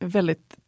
Väldigt